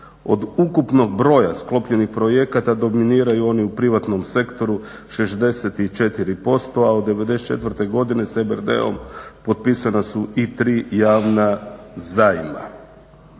Od ukupnog broja sklopljenih projekata dominiraju oni u privatnom sektoru, 64%, a od '94. godine sa EBRD-om potpisana su i 3 javna zajma.